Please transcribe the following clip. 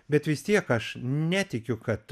bet vis tiek aš netikiu kad